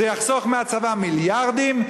זה יחסוך לצבא מיליארדים.